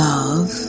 Love